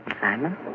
Simon